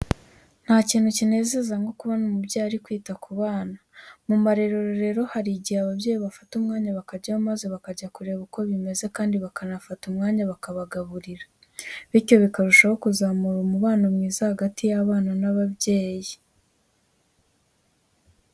Nta kintu kinezeza nko kubona umubyeyi ari kwita ku bana. Mu marerero rero hari igihe ababyeyi bafata umwanya bakajyayo maze bakajya kureba uko bimeze kandi bakanafata umwanya bakabagaburira bityo bikarushaho kuzamura umubano mwiza hagati y'abana n'ababyeyi.